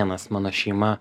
vienas mano šeima